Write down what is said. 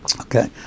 okay